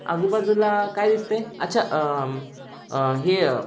आजूबाजूला काय दिसत आहे अच्छा हे